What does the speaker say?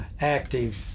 active